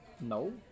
no